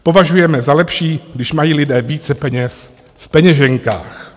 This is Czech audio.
Považujeme za lepší, když mají lidé více peněz v peněženkách.